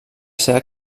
seva